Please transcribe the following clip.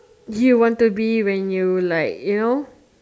you want to be when you like you know